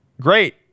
Great